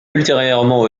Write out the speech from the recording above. ultérieurement